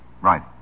Right